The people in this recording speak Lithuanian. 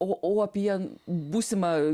o o apie būsimą